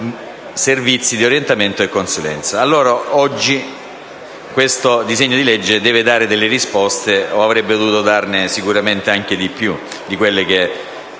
servizi di orientamento e consulenza. A loro oggi questo disegno di legge deve dare risposte e avrebbe dovuto darne sicuramente di più di quelle che,